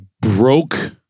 broke